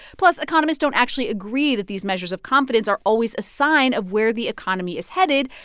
plus, economists don't actually agree that these measures of confidence are always a sign of where the economy is headed.